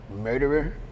murderer